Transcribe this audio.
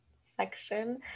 section